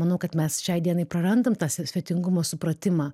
manau kad mes šiai dienai prarandam tą svetingumo supratimą